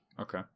Okay